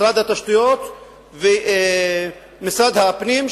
משרד התשתיות ומשרד הפנים,